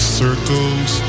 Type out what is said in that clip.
circles